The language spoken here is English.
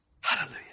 Hallelujah